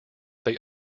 they